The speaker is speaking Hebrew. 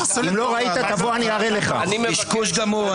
קשקוש גמור.